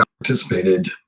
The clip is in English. participated